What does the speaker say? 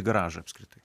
tai garažą apskritai